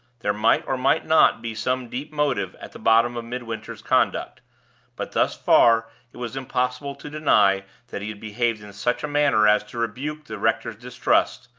there might or might not be some deep motive at the bottom of midwinter's conduct but thus far it was impossible to deny that he had behaved in such a manner as to rebuke the rector's distrust,